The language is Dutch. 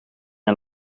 een